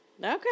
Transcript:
Okay